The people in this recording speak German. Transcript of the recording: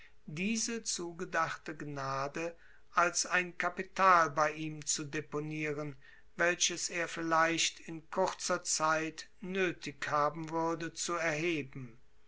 diese zugedachte gnade als ein kapital bei ihm zu deponieren welches er vielleicht in kurzer zeit nötig haben würde zu erheben